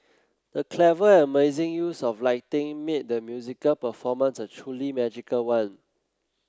the clever and amazing use of lighting made the musical performance a truly magical one